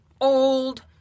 Old